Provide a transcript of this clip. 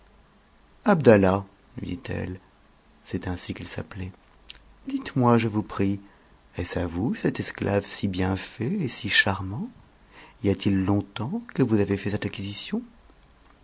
abdahah lui dit-elle c'est ainsi qu'il s'apt ait dites-moi je vous prie est-ce à vous cet esclave si bien ait et si harmant y a-t-il longtemps que vous avez fait cette acquisition